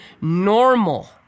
normal